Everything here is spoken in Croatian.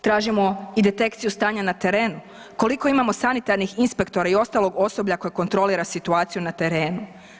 Tražimo i detekciju stanja na terenu koliko imamo sanitarnih inspektora i ostalog osoblja koje kontrolira situaciju na terenu?